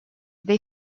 they